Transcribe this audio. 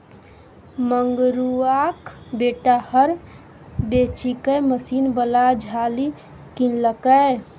मंगरुआक बेटा हर बेचिकए मशीन बला झालि किनलकै